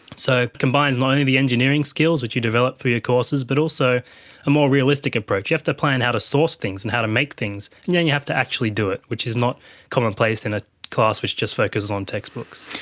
so it combines not only the engineering skills which you develop through your courses, but also a more realistic approach. you have to plan how to source things and how to make things and then you have to actually do it, which is not commonplace in a class which just focuses on textbooks.